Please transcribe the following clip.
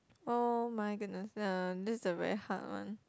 oh-my-goodness uh this is the very hard one